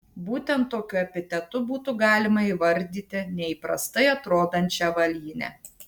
būtent tokiu epitetu būtų galima įvardyti neįprastai atrodančią avalynę